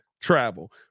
travel